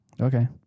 Okay